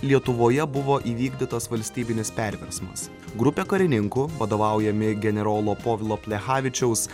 lietuvoje buvo įvykdytas valstybinis perversmas grupė karininkų vadovaujami generolo povilo plechavičiaus